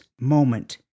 moment